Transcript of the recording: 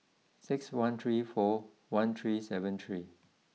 six one three four one three seven three